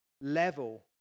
level